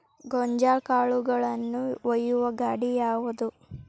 ಗೋಂಜಾಳ ಕಾಳುಗಳನ್ನು ಒಯ್ಯುವ ಗಾಡಿ ಯಾವದು?